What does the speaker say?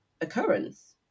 occurrence